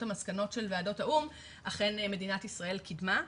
המסקנות של ועדות האו"ם אכן מדינת ישראל קידמה: